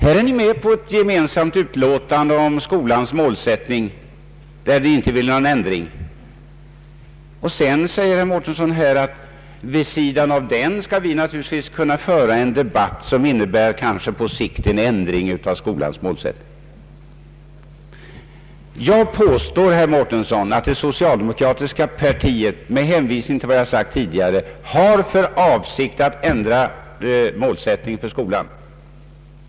Ni är med på ett gemensamt utlåtande om skolans målsättning där ingen ändring yrkas. Men nu säger herr Mårtensson, att vid sidan om den skall vi naturligtvis kunna föra en debatt som kanske på längre sikt innebär en ändring av skolans målsättning. Jag påstår, herr Mårtensson, med hänvisning till vad jag tidigare sagt, att det socialdemokratiska partiet har för avsikt att ändra målsättningen för skolan.